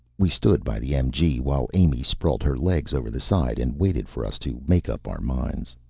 we stood by the mg, while amy sprawled her legs over the side and waited for us to make up our minds.